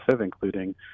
including